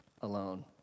alone